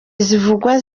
bivugwa